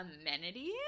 amenities